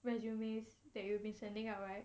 resumes that you will be sending out right